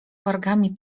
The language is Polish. wargami